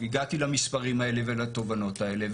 והגעתי למספרים האלה ולתובנות האלה.